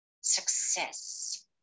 Success